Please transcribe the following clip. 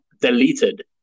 deleted